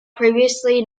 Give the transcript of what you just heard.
previously